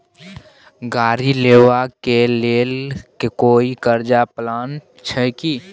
गाड़ी लेबा के लेल कोई कर्ज प्लान छै की?